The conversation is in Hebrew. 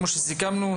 כמו שסיכמנו,